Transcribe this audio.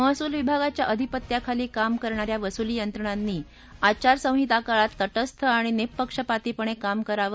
महसूल विभागाच्या अधिपत्याखाली काम करणा या वसुली यंत्रणांनी आचारसंहिता काळात तटस्थ आणि निःपक्षपातीपणक्रिम करावं